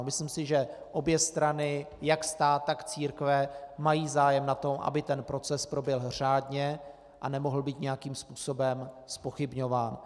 Myslím si, že obě strany, jak stát, tak církve, mají zájem na tom, aby ten proces proběhl řádně a nemohl být nějakým způsobem zpochybňován.